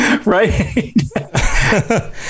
right